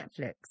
Netflix